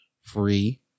free